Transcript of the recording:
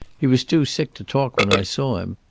he was too sick to talk when i saw him.